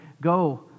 go